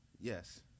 Yes